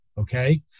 okay